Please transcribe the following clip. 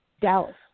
Dallas